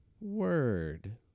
word